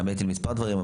האמת היא למספר דברים,